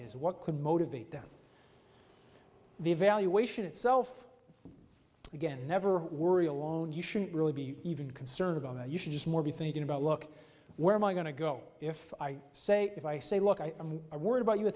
is what could motivate them the evaluation itself again never worry alone you shouldn't really be even concerned about you should just more be thinking about look where am i going to go if i say if i say look i am i worried about you i